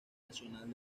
nacional